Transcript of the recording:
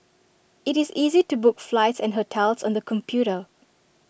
IT is easy to book flights and hotels on the computer